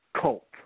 cult